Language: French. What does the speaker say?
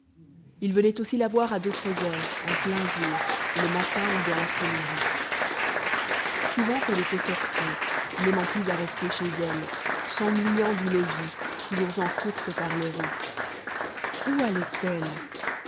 il venait aussi la voir à d'autres heures en plein jour le matin ou dans l'après-midi souvent elle était sortie n'aimant plus à rester chez elle s'ennuyant du logis toujours en courses par les rues où